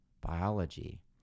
biology